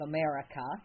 America